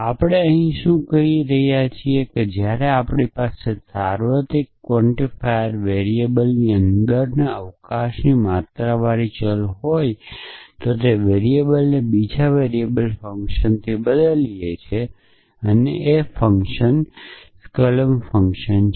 આપણે અહીં શું કહી રહ્યા છીએ જ્યારે આપણી પાસે સાર્વત્રિક ક્વાન્ટીફાઇડ વેરિયેબલની અંદરની અવકાશની માત્રાવાળા ચલ હોય છે તો આપણે તે વેરીએબલને બીજા વેરીએબલના ફંકશનથી બદલીએ છીએ અને ફંક્શન એ સ્કોલેમ ફંક્શન છે